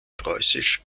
preußisch